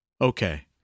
Okay